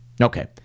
Okay